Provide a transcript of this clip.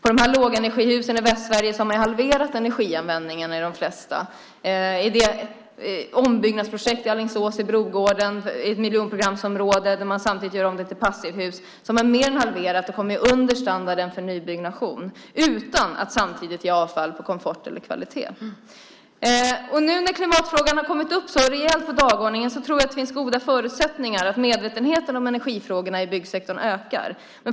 I de flesta lågenergihusen i Västsverige har energianvändningen halverats. I Alingsås finns ett ombyggnadsprojekt i miljonprogramsområdet Brogården. Samtidigt görs husen om till så kallade passivhus. Energianvändningen har mer än halverats och kommit under standarden för nybyggnation, utan att samtidigt ge avkall på komfort eller kvalitet. Nu när klimatfrågan har kommit upp rejält på dagordningen finns det goda förutsättningar att medvetenheten om energifrågorna i byggsektorn ökar.